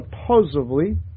supposedly